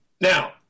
Now